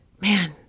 man